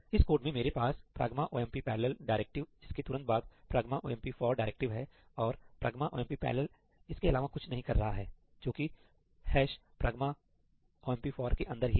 इस कोड में मेरे पास ' pragma omp parallel' डायरेक्टिव जिसके तुरंत बाद ' pragma omp for' डायरेक्टिव है और ' pragma omp parallel' इसके अलावा कुछ नहीं कर रहा है जो कि ' pragma omp for' के अंदर ही है